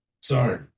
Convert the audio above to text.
Sorry